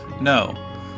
no